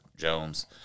Jones